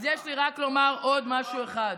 אז יש לי רק לומר עוד משהו אחד.